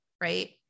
Right